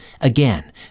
Again